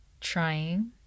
trying